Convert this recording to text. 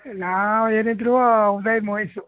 ನಾವು ಏನಿದ್ದರೂ ಉದಯ ಮೂವೀಸು